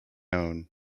own